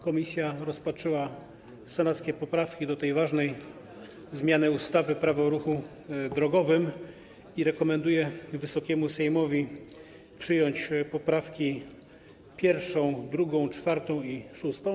Komisja rozpatrzyła senackie poprawki do tej ważnej zmiany ustawy - Prawo o ruchu drogowym i rekomenduje Wysokiemu Sejmowi przyjąć poprawki 1., 2., 4. i 6.